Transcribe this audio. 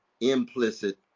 implicit